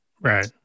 right